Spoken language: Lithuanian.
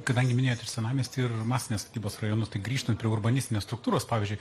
kadangi minėjot ir senamiestį ir masinės statybos rajonus tai grįžtant prie urbanistinės struktūros pavyzdžiui